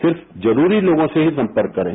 सिर्फ जरूरी लोगों से ही संपर्क करें